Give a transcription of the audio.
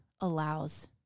allows